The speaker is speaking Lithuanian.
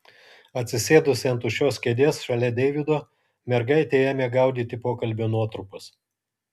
atsisėdusi ant tuščios kėdės šalia deivido mergaitė ėmė gaudyti pokalbio nuotrupas